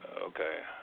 Okay